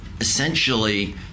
Essentially